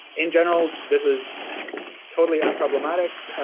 in general, this is totally unproblematic.